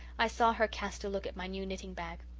i saw her cast a look at my new knitting-bag.